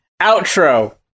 outro